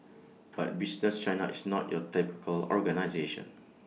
but business China is not your typical organisation